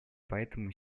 поэтому